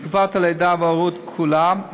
בתקופת הלידה וההורות כולה,